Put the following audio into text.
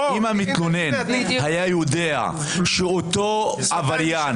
אם המתלונן היה יודע שאותו עבריין